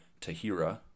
Tahira